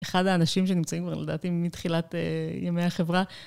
אחד האנשים שנמצאים, ואני יודעת אם מתחילת ימי החברה.